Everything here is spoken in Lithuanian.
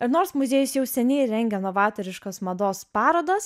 ir nors muziejus jau seniai rengia novatoriškos mados parodas